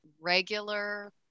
regular